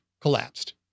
collapsed